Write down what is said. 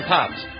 Pops